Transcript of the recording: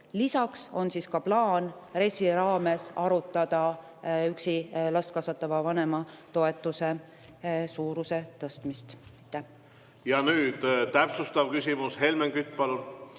Lisaks on plaan RES-i raames arutada üksi last kasvatava vanema toetuse suuruse tõstmist. Ja nüüd täpsustav küsimus. Helmen Kütt,